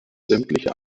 sämtliche